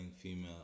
female